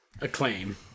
acclaim